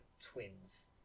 twins